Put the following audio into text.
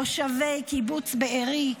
תושבי קיבוץ בארי,